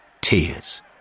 Tears